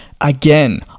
again